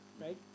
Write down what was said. right